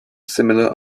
similar